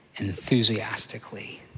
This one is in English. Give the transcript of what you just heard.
enthusiastically